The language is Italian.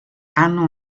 hanno